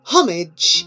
Homage